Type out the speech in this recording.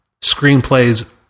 screenplay's